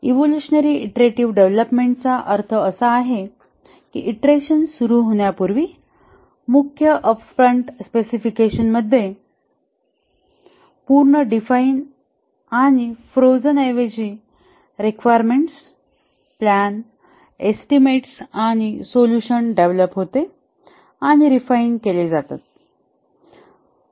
"evolutionary iterative डेव्हलपमेंटचा अर्थ असा आहे की ईंटरेशन सुरू होण्यापूर्वी मुख्य अप फ्रंट स्पेसिफिकेशनमध्ये पूर्ण डिफाइन आणि फ्रोजन ऐवजी रिक्वायरमेंट्सप्लॅनएस्टीमेट्स आणि सोल्यूशन्स डेव्हलप होते किंवा रिफाइन केले जातात